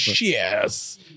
yes